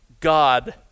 God